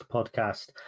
Podcast